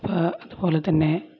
ഇപ്പോള് അതുപോലെ തന്നെ